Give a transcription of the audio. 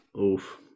Oof